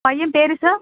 பையன் பேர் சார்